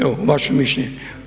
Evo vaše mišljenje.